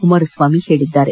ಕುಮಾರಸ್ವಾಮಿ ಹೇಳಿದ್ದಾರೆ